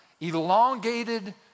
elongated